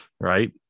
Right